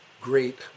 great